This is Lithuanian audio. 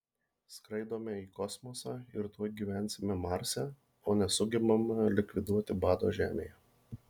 skraidome į kosmosą ir tuoj gyvensime marse o nesugebame likviduoti bado žemėje